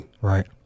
Right